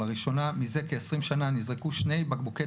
לראשונה מזה כ-20 שנה נזרקו שני בקבוקי